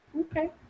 Okay